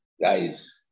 guys